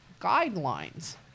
guidelines